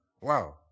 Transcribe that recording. Wow